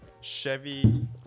Chevy